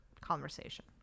conversation